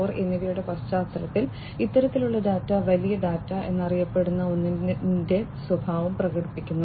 0 എന്നിവയുടെ പശ്ചാത്തലത്തിൽ ഇത്തരത്തിലുള്ള ഡാറ്റ വലിയ ഡാറ്റ എന്നറിയപ്പെടുന്ന ഒന്നിന്റെ സ്വഭാവം പ്രകടിപ്പിക്കുന്നു